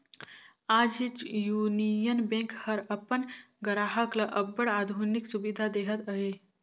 आज Union Bank हर अपन गराहक ल अब्बड़ आधुनिक सुबिधा देहत अहे